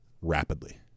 rapidly